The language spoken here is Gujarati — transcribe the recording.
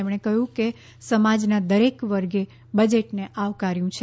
તેમણે કહ્યું કે સમાજના દરેક વર્ગે બજેટને આવકાર્યું છે